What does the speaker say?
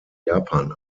japan